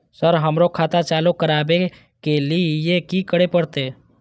Sir हमरो खाता चालू करबाबे के ली ये की करें परते?